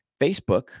Facebook